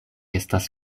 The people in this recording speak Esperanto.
estas